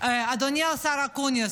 אדוני השר אקוניס,